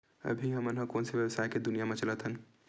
अभी हम ह कोन सा व्यवसाय के दुनिया म चलत हन?